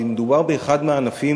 כי מדובר באחד הענפים